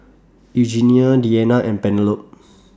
Eugenia Deanna and Penelope